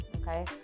Okay